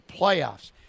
playoffs